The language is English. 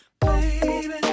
Baby